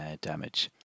damage